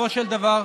בסופו של דבר,